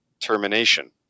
termination